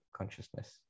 Consciousness